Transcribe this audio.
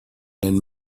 been